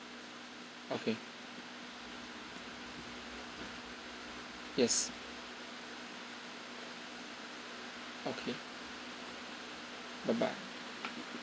okay yes okay bye bye